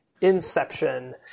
Inception